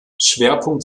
schwerpunkt